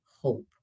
Hope